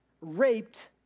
raped